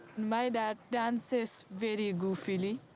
my dad dances very goofily.